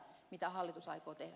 mitä hallitus aikoo tehdä